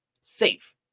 safe